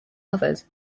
others